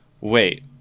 wait